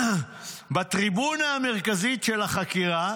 בטריבונה המרכזית של החקירה,